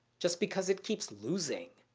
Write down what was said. just because it keeps losing.